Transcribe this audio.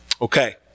Okay